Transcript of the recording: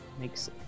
makes